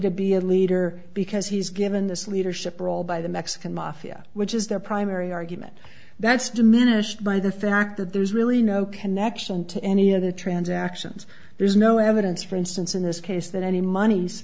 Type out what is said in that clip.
to be a leader because he's given this leadership role by the mexican mafia which is their primary argument that's diminished by the fact that there's really no connection to any of the transactions there's no evidence for instance in this case that any monies